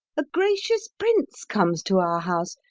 a gracious prince comes to our house,